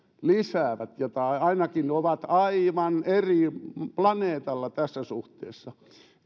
lisäävät tai ainakin ovat aivan eri planeetalla tässä suhteessa